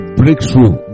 breakthrough